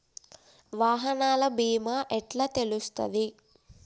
వాహనాల బీమా ఎట్ల తెలుస్తది?